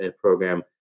program